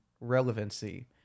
relevancy